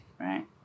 Right